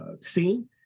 scene